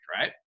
right